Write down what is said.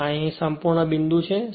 અને આ અહીં સંપૂર્ણ બિંદુ છે